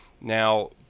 Now